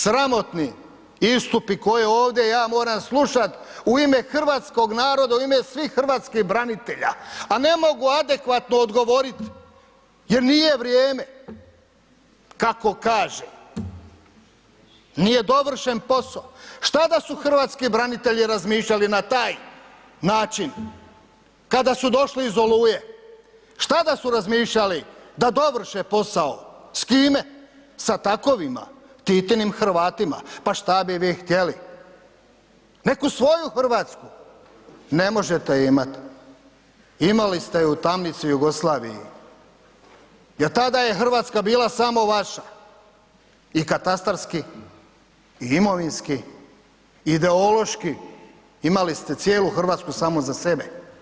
Sramotni istupi koje ovde ja moram slušat u ime hrvatskog naroda, u ime svih hrvatskih branitelja, a ne mogu adekvatno odgovorit jer nije vrijeme, kako kaže nije dovršen poso, šta da su hrvatski branitelji razmišljali na taj način kada su došli iz Oluje, šta da su razmišljali da dovrše posao, s kime, sa takovima, Titinim Hrvatima, pa šta bi vi htjeli, neku svoju RH, ne možete je imat, imali ste je u tamnici Jugoslaviji, jer tada je RH bila samo vaša i katastarski i imovinski, ideološki imali ste cijelu RH samo za sebe.